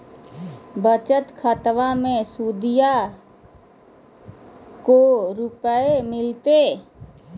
बचत खाताबा मे सुदीया को रूपया मिलते?